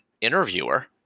interviewer